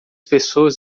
pessoas